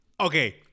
okay